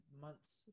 months